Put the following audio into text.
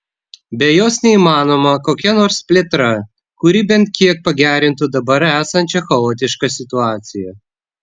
be jos neįmanoma kokia nors plėtra kuri bent kiek pagerintų dabar esančią chaotišką situaciją